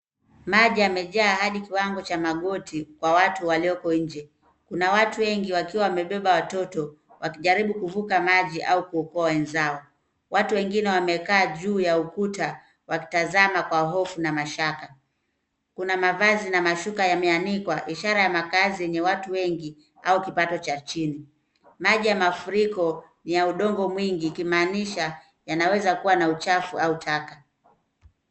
Maji yamejaa hadi kiwango cha magoti kwa watu walioko nje. Kuna watu wengi wakiwa wamebeba watoto wakijaribu kuvuka maji au kuokoa wenzao. Watu wengine wamekaa juu ya ukuta wakitazama kwa hofu na mashaka. Kuna mavazi na mashuka yameanikwa ishara ya makazi yenye watu wengi au kipato cha chini. Maji ya mafuriko ni ya udongo mwingi ikimaanisha yanaweza kuwa na uchafu au taka.